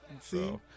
See